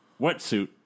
wetsuit